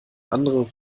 andere